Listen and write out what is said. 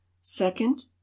second